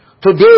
Today